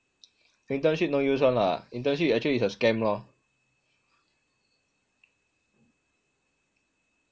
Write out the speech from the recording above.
internship no use [one] lah internship actually is a scam lor